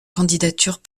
candidatures